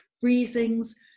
freezings